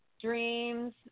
dreams